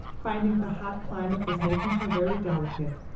finding the hot climate was making her very delicate,